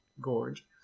gorge